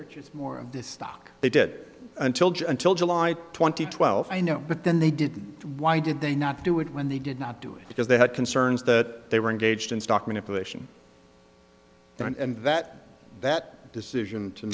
which is more of this stock they did until june until july twenty twelfth i know but then they didn't why did they not do it when they did not do it because they had concerns that they were engaged in stock manipulation and that that decision to